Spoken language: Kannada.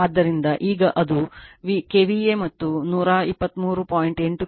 ಆದ್ದರಿಂದ ಈಗ ಇದು KVA ಮತ್ತು 123